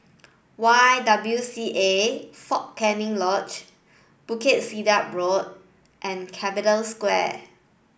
Y W C A Fort Canning Lodge Bukit Sedap Road and Capital Square